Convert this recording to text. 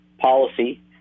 policy